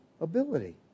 ability